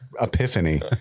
epiphany